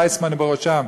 ויסמן בראשם,